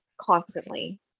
constantly